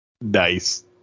Nice